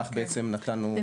טוב,